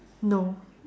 no